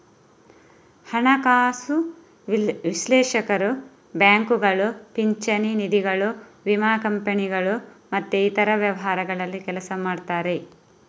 ಹಣಕಾಸು ವಿಶ್ಲೇಷಕರು ಬ್ಯಾಂಕುಗಳು, ಪಿಂಚಣಿ ನಿಧಿಗಳು, ವಿಮಾ ಕಂಪನಿಗಳು ಮತ್ತೆ ಇತರ ವ್ಯವಹಾರಗಳಲ್ಲಿ ಕೆಲಸ ಮಾಡ್ತಾರೆ